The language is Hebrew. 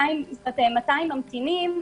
ממתינים,